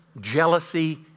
jealousy